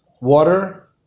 water